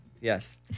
Yes